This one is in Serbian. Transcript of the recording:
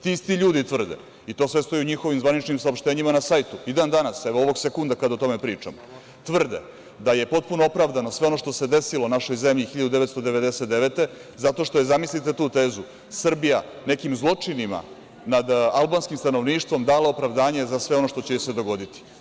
Ti isti ljudi tvrde, i to sve stoji u njihovim zvaničnim saopštenjima na sajtu, i dan danas, evo ovog sekunda kada o tome pričamo, tvrde da je potpuno opravdano sve ono što se desilo našoj zemlji 1999. godine, zato što je, zamislite tu tezu, Srbija nekim zločinima nad albanskim stanovništvom dala opravdanje za sve ono što će joj se dogoditi.